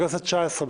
בכנסת התשע-עשרה,